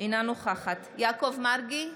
אינה נוכחת יעקב מרגי,